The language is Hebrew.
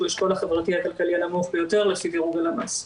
האשכול החברתי-כלכלי הנמוך ביותר לפי דירוג הלמ"ס.